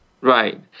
Right